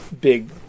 big